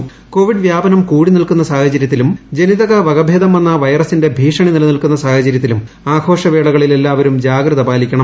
ക്ക്ോവീഡ് വ്യാപനം കൂടി നിൽക്കുന്ന സാഹചര്യത്തിലും ജനിതക പ്രകഭേദം വന്ന വൈറസിന്റെ ഭീഷണി നിലനിൽക്കുന്ന സിങ്ക്ചരൃത്തിലും ആഘോഷവേളകളിൽ എല്ലാവരും ജാഗ്രത പാലിക്കണം